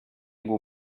will